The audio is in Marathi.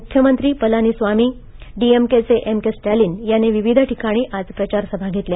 मुख्यमंत्री पलानीस्वामी डीएमकेचे एम के स्टॅलीन यांनी विविध ठिकाणी आज प्रचारसभा घेतल्या